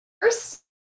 first